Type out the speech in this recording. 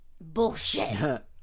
bullshit